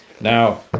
now